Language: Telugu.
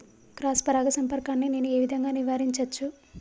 క్రాస్ పరాగ సంపర్కాన్ని నేను ఏ విధంగా నివారించచ్చు?